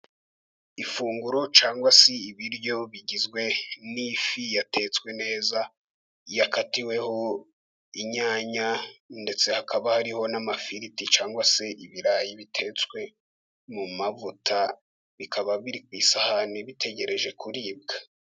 Ifunguro cyangwa se ibiryo bigizwe n'ifi yatetswe neza, yakatiweho inyanya ndetse hakaba hariho n'amafiriti cyangwa se ibirayi bitetswe mu mavuta, bikaba biri ku isahani bitegereje kuribwa.